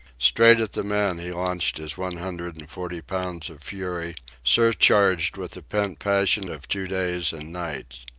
straight at the man he launched his one hundred and forty pounds of fury, surcharged with the pent passion of two days and nights.